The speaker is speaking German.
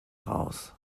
raus